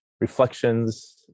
reflections